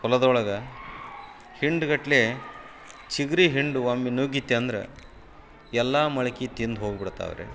ಹೊಲದೊಳಗೆ ಹಿಂಡುಗಟ್ಲೆ ಚಿಗ್ರೆ ಹಿಂಡು ಒಮ್ಮೆ ನುಗ್ಗಿತು ಅಂದ್ರೆ ಎಲ್ಲ ಮೊಳ್ಕೆ ತಿಂದು ಹೋಗ್ಬಿಡ್ತಾವೆ ರೀ